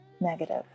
negative